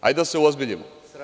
Hajde da se uozbiljimo.